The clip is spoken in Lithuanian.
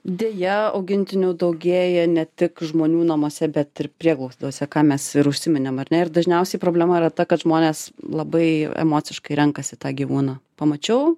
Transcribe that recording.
deja augintinių daugėja ne tik žmonių namuose bet ir prieglaudose ką mes ir užsiminėm ar ne ir dažniausiai problema yra ta kad žmonės labai emociškai renkasi tą gyvūną pamačiau